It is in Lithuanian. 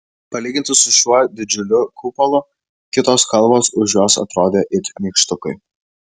palyginti su šiuo didžiuliu kupolu kitos kalvos už jos atrodė it nykštukai